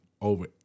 over